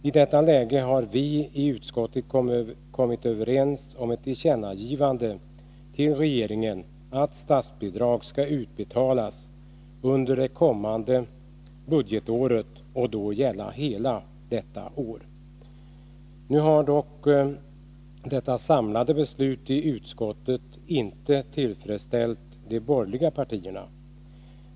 I detta läge har vi i utskottet kommit överens om ett tillkännagivande till regeringen att statsbidrag skall utbetalas under det kommande budgetåret och då gälla hela budgetåret. Detta samlade beslut i utskottet har emellertid inte tillfredsställt de borgerliga partierna.